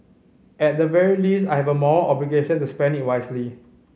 at the very least I have a moral obligation to spend it wisely